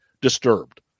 disturbed